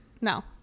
no